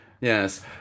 Yes